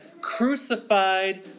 crucified